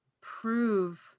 prove